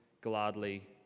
gladly